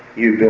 you